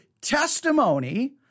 testimony